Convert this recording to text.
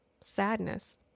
sadness